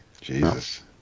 Jesus